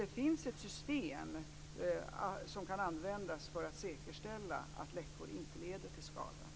Det finns alltså ett system som kan användas för att säkerställa att läckor inte leder till skada.